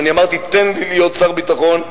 ואמרתי: תן לי להיות שר הביטחון,